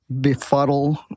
befuddle